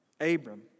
Abram